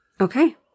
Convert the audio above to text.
Okay